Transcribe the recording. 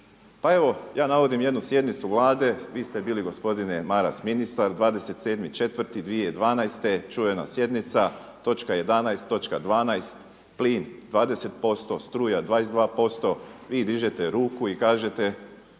Pa evo ja navodim jednu sjednice Vlade, vi ste bili gospodine Maras ministar 27.4.2012. čuvena sjednica, točka 11, točka 12, plin 20%, struja 22%, vi dižete ruku i kažete